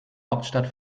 hauptstadt